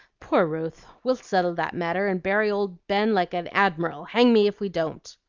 poor ruth! we'll settle that matter, and bury old ben like an admiral, hang me if we don't!